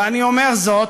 ואני אומר זאת